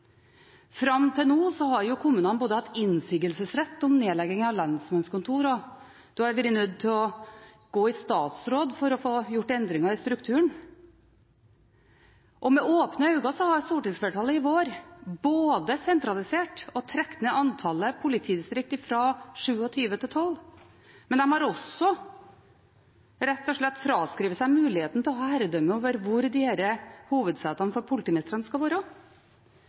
Fram til nå har jo kommunene både hatt innsigelsesrett om nedlegging av lensmannskontor, og man har vært nødt til å gå i statsråd for å få gjort endringer i strukturen. Og med åpne øyne har stortingsflertallet i vår sentralisert og redusert antallet politidistrikt fra 27 til 12, men det har også rett og slett fraskrevet seg muligheten til å ha herredømme over hvor disse hovedsetene for politimestrene skal være.